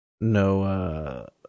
no